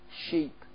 Sheep